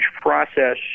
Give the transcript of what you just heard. process